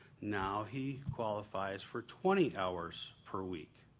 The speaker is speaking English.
now he qualifies for twenty hours per week.